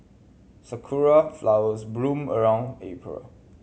sakura flowers bloom around April